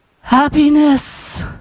happiness